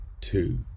two